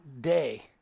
day